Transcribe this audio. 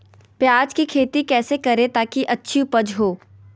प्याज की खेती कैसे करें ताकि अच्छी उपज हो?